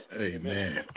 Amen